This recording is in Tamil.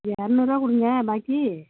இரநூறுவா கொடுங்க பாக்கி